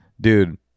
dude